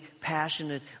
passionate